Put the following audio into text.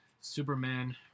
Superman